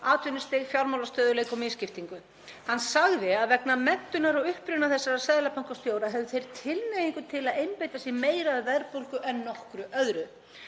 atvinnustig, fjármálastöðugleika og misskiptingu. Hann sagði að vegna menntunar og uppruna þessara seðlabankastjóra hefðu þeir tilhneigingu til að einbeita sér meira að verðbólgu en nokkru öðru,